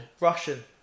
Russian